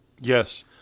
Yes